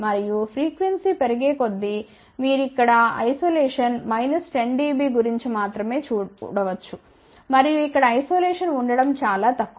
మరియు ఫ్రీక్వెన్సీ పెరిగే కొద్దీ మీరు ఇక్కడ ఒంటరిగా 10 dB గురించి మాత్రమే చూడవచ్చు మరియు ఇక్కడ ఐసోలేషన్ ఉండటం చాలా తక్కువ